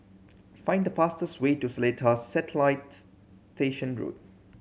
find the fastest way to Seletar Satellite Station Road